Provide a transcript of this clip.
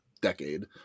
decade